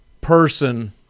person